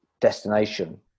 destination